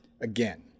again